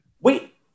Wait